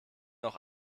auch